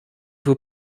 vous